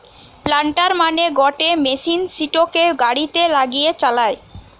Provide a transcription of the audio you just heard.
planter মানে গটে machine সিটোকে গাড়িতে লাগিয়ে চালায়